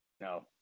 No